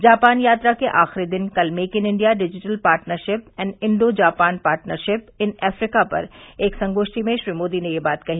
Japan यात्रा के आखिरी दिन कल make in India digital partnership and Indo Japan partnership in Africa पर एक संगोष्ठी में श्री मोदी ने ये बात कही